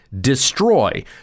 destroy